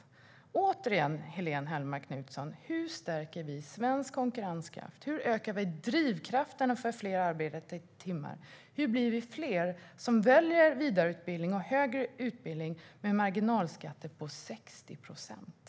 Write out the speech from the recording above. Jag frågar återigen Helene Hellmark Knutsson: Hur stärker vi svensk konkurrenskraft, hur ökar vi drivkrafterna för fler arbetade timmar och hur blir det fler som väljer vidareutbildning och högre utbildning med marginalskatter på 60 procent?